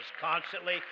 constantly